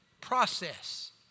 process